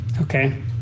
Okay